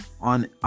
on